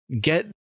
get